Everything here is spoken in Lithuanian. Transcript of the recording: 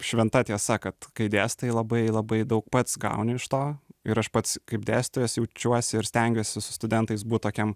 šventa tiesa kad kai dėstai labai labai daug pats gauni iš to ir aš pats kaip dėstytojas jaučiuosi ir stengiuosi su studentais būt tokiam